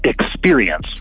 experience